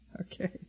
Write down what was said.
okay